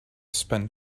spend